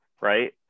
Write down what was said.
right